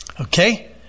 Okay